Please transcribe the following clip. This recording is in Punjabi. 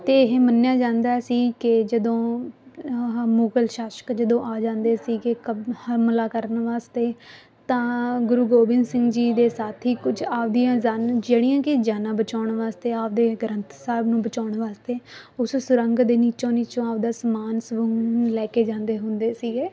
ਅਤੇ ਇਹ ਮੰਨਿਆ ਜਾਂਦਾ ਸੀ ਕਿ ਜਦੋਂ ਆਹਾ ਮੁਗਲ ਸ਼ਾਸਕ ਜਦੋਂ ਆ ਜਾਂਦੇ ਸੀਗੇ ਕਮ ਹਮਲਾ ਕਰਨ ਵਾਸਤੇ ਤਾਂ ਗੁਰੂ ਗੋਬਿੰਦ ਸਿੰਘ ਜੀ ਦੇ ਸਾਥੀ ਕੁਝ ਆਪਦੀਆਂ ਜਨ ਜਿਹੜੀਆਂ ਕਿ ਜਾਨਾਂ ਬਚਾਉਣ ਵਾਸਤੇ ਆਪਦੇ ਗ੍ਰੰਥ ਸਾਹਿਬ ਨੂੰ ਬਚਾਉਣ ਵਾਸਤੇ ਉਸ ਸੁਰੰਗ ਦੇ ਨੀਚੋਂ ਨੀਚੋਂ ਆਪਦਾ ਸਮਾਨ ਸਮੁਨ ਲੈ ਕੇ ਜਾਂਦੇ ਹੁੰਦੇ ਸੀਗੇ